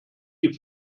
die